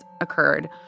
occurred